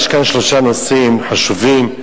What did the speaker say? יש כאן שלושה נושאים חשובים.